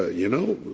ah you know,